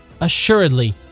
assuredly